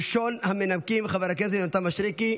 ראשון המנמקים, חבר הכנסת יונתן מישרקי.